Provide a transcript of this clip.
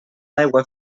aigua